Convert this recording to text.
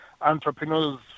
entrepreneurs